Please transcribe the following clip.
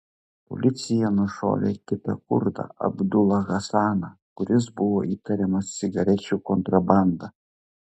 policija nušovė kitą kurdą abdulą hasaną kuris buvo įtariamas cigarečių kontrabanda